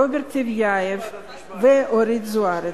רוברט טיבייב ואורית זוארץ.